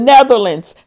Netherlands